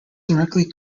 directly